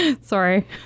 Sorry